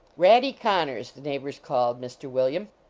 ratty connors, the neigh bors called mr. william.